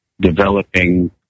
developing